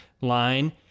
line